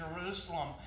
Jerusalem